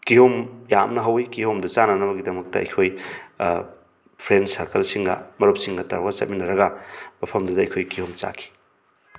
ꯀꯤꯍꯣꯝ ꯌꯥꯝꯅ ꯍꯧꯋꯤ ꯀꯤꯍꯣꯝꯗꯣ ꯆꯥꯅꯅꯕꯒꯤꯗꯃꯛꯇ ꯑꯩꯈꯣꯏ ꯐ꯭ꯔꯦꯟ ꯁꯥꯔꯀꯜꯁꯤꯡꯒ ꯃꯔꯨꯞꯁꯤꯡꯒ ꯇꯧꯔꯒ ꯆꯠꯃꯤꯟꯅꯔꯒ ꯃꯐꯝꯗꯨꯗ ꯑꯩꯈꯣꯏ ꯀꯤꯍꯣꯝ ꯆꯥꯈꯤ